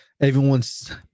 everyone's